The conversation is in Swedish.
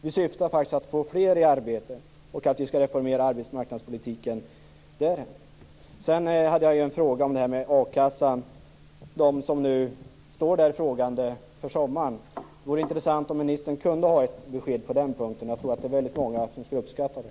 Vi syftar till att få fler i arbete och till att reformera arbetsmarknadspolitiken. Sedan hade jag också en fråga om a-kassan och de som nu står där frågande inför sommaren. Det skulle vara intressant om ministern kunde ha ett besked på den punkten. Jag tror att det är väldigt många som skulle uppskatta det.